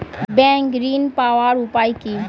Bank ঋণ পাওয়ার উপায় কি?